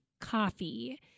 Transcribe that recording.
coffee